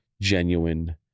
genuine